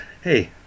hey